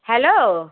hello